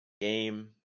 game